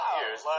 years